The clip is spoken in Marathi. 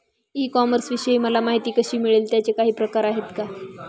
ई कॉमर्सविषयी मला माहिती कशी मिळेल? त्याचे काही प्रकार आहेत का?